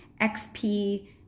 XP